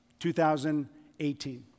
2018